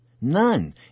None